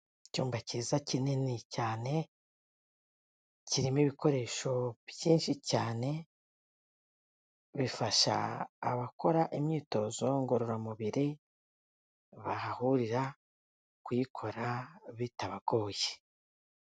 Icyumba cyiza kinini cyane, kirimo ibikoresho byinshi cyane, bifasha abakora imyitozo ngororamubiri bahahurira kuyikora bitabagoye.